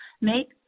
make